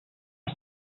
ich